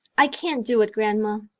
i can't do it, grandma,